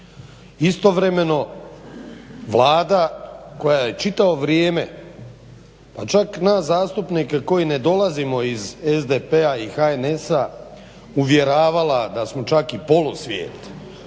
Istovremeno Vlada koja je čitavo vrijeme pa čak nas zastupnike koji ne dolazimo iz SDP-a i HNS-a uvjeravala da smo čak i polusvijet,